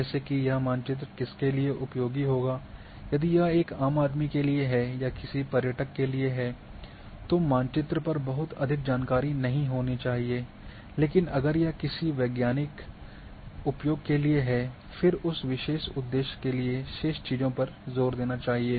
जैसे कि यह मानचित्र किसके लिए उपयोगी होगा यदि यह एक आम आदमी के लिए है या किसी पर्यटक के लिए है तो मानचित्र पर बहुत अधिक जानकारी नहीं होनी चाहिए लेकिन अगर यह किसी वैज्ञानिक उपयोग के लिए है फिर उस विशेष उद्देश्य के लिए शेष चीजों पर जोर देना चाहिए